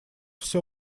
все